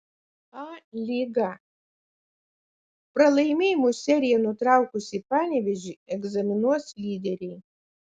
a lyga pralaimėjimų seriją nutraukusį panevėžį egzaminuos lyderiai